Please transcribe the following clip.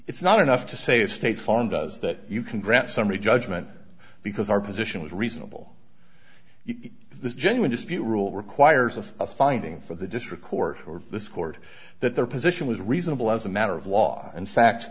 it's not enough to say state farm does that you can grant summary judgment because our position was reasonable this genuine dispute rule requires of a finding for the district court or this court that their position was reasonable as a matter of law and fact